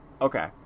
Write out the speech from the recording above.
Okay